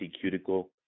cuticle